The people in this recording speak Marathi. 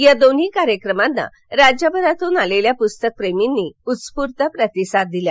या दोन्ही कार्यक्रमांना राज्यभरातून आलेल्या प्रस्तकप्रेर्मींनी उत्स्फूर्त प्रतिसाद दिला